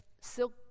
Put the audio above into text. silk